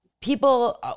People